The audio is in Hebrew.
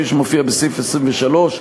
כפי שמופיע בסעיף 23,